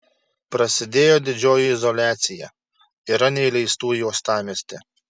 prasidėjo didžioji izoliacija yra neįleistų į uostamiestį